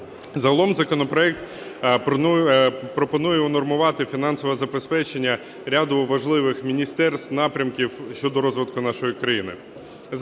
Загалом законопроект пропонує унормувати фінансове забезпечення ряду важливих міністерств, напрямків щодо розвитку нашої країни: